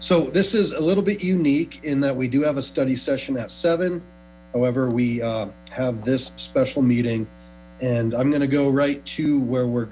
so this is a little bit unique in that we do have a study session at seven however we have this special meeting and i'm going to go right to where we're